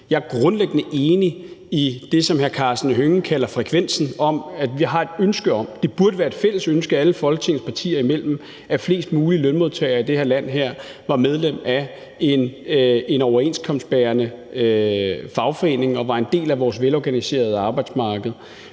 Jeg er grundlæggende enig i det, som hr. Karsten Hønge kalder frekvensen, altså om, at vi har et ønske om – det burde være et fælles ønske alle Folketingets partier imellem – at flest mulige lønmodtagere i det her land var medlem af en overenskomstbærende fagforening og var en del af vores velorganiserede arbejdsmarked.